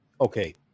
Okay